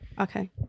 okay